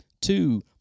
Two